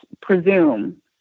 presume